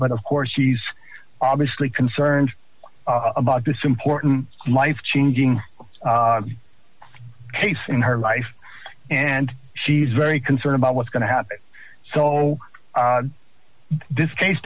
but of course she's obviously concerned about this important life changing case in her life and she's very concerned about what's going to happen so this case